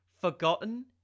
forgotten